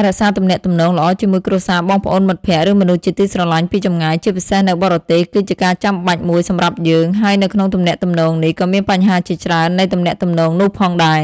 ការរក្សាទំនាក់ទំនងល្អជាមួយគ្រួសារ បងប្អូន មិត្តភក្តិ ឬមនុស្សជាទីស្រឡាញ់ពីចម្ងាយ ជាពិសេសនៅបរទេសគឺជាការចំបាច់មួយសម្រាប់យើង ហើយនៅក្នុងការទំនាក់ទំនងនេះក៏មានបញ្ហាជាច្រើននៃទំនាក់ទំនងនោះផងដែ